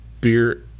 beer